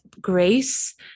grace